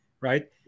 right